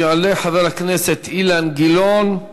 יעלה חבר הכנסת אילן גילאון,